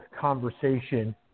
conversation